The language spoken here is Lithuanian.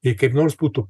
jei kaip nors būtų